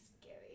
scary